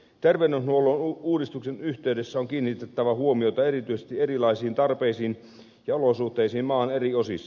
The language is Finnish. terveydenhuollon uudistuksen yhteydessä on kiinnitettävä huomiota erityisesti erilaisiin tarpeisiin ja olosuhteisiin maan eri osissa